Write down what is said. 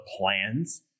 plans